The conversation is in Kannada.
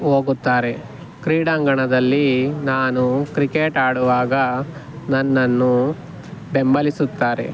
ಹೋಗುತ್ತಾರೆ ಕ್ರೀಡಾಂಗಣದಲ್ಲಿ ನಾನು ಕ್ರಿಕೆಟ್ ಆಡುವಾಗ ನನ್ನನ್ನು ಬೆಂಬಲಿಸುತ್ತಾರೆ